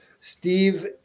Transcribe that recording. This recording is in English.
Steve